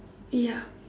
ya